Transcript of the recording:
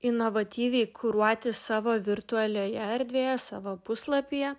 inovatyviai kuruoti savo virtualioje erdvėje savo puslapyje